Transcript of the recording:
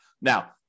Now